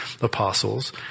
apostles